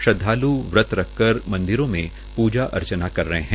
श्रद्वाल् व्रत रखकर मंदिरों में पूर्जा अर्चना कर रहे है